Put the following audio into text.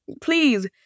Please